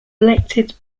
elected